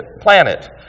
planet